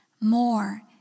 more